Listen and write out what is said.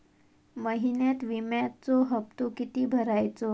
महिन्यात विम्याचो हप्तो किती भरायचो?